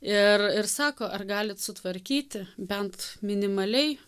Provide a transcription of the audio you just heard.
ir ir sako ar galit sutvarkyti bent minimaliai